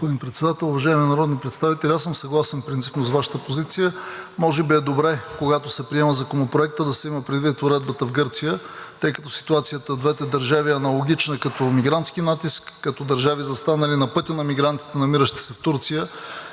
Господин Председател, уважаеми народни представители! Аз принципно съм съгласен с Вашата позиция. Може би е добре, когато се приема Законопроектът, да се има предвид уредбата в Гърция, тъй като ситуацията в двете държави е аналогична като мигрантски натиск, като държави, застанали на пътя на мигрантите, намиращи се в Турция.